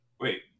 wait